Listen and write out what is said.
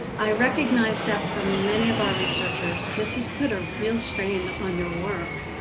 i recognize that for many of our researchers, this has put a real strain on your work,